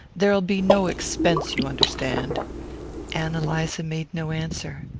there'll be no expense, you understand ann eliza made no answer.